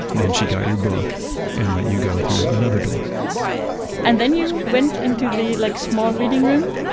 then she got your book and let you go through another door and then you went into the like small reading room,